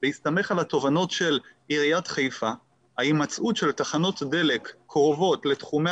בהסתמך על התובנות של עיריית חיפה ההימצאות של תחנות דלק קרובות לתחומי